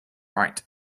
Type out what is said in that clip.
right